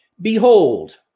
Behold